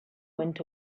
went